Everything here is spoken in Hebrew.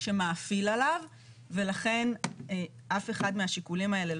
שמאפיל עליו ולכן אף אחד מהשיקולים האלה,